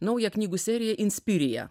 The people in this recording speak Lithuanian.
naują knygų seriją inspirija